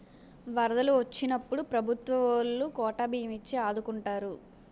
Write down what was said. వరదలు వొచ్చినప్పుడు ప్రభుత్వవోలు కోటా బియ్యం ఇచ్చి ఆదుకుంటారు